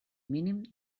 mínim